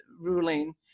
ruling